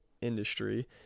industry